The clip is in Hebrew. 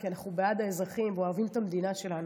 כי אנחנו בעד האזרחים ואוהבים את המדינה שלנו.